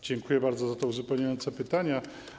Dziękuję bardzo za te uzupełniające pytania.